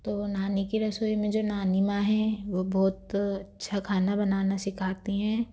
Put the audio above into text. तो नानी की रसोई में जो नानी माँ हैं वह बहुत अच्छा खाना बनाना सिखाती हैं